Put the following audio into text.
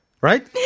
right